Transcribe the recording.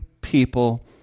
people